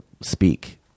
speak